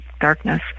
darkness